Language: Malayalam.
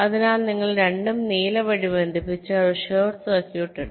അതിനാൽ നിങ്ങൾ രണ്ടും നീല വഴി ബന്ധിപ്പിച്ചാൽ ഒരു ഷോർട്ട് സർക്യൂട്ട് ഉണ്ട്